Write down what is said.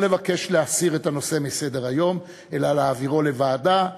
לבקש להסיר את הנושא מסדר-היום אלא להעבירו לוועדה,